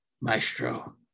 Maestro